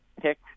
pick